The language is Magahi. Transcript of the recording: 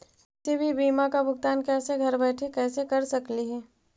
किसी भी बीमा का भुगतान कैसे घर बैठे कैसे कर स्कली ही?